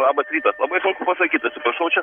labas rytas labai sunku pasakyt atsiprašau čia